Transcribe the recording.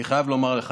אני חייב לומר לך,